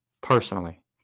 Personally